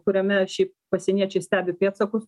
kuriame šiaip pasieniečiai stebi pėdsakus